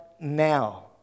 now